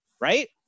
right